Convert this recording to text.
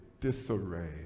disarray